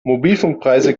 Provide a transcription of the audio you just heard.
mobilfunkpreise